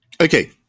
Okay